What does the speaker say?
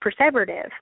perseverative